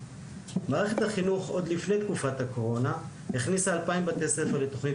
מערכת החינוך עוד לפני תקופת הקורונה הכניסה 2,000 בתי ספר לתוכנית